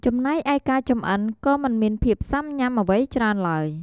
ចំណែកឯការចម្អិន ក៏មិនមានភាពស៊ាំញុាំអ្វីច្រើនឡើយ។